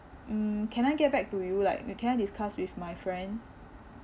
mm can I get back to you like can I discuss with my friend